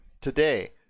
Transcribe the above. today